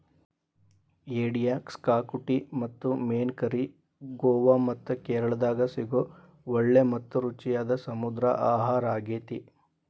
ಏಡಿಯ ಕ್ಸಾಕುಟಿ ಮತ್ತು main curry Goa ಮತ್ತ ಕೇರಳಾದಾಗ ಸಿಗೋ ಒಳ್ಳೆ ಮತ್ತ ರುಚಿಯಾದ ಸಮುದ್ರ ಆಹಾರಾಗೇತಿ